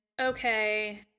okay